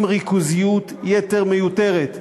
עם ריכוזיות יתר מיותרת.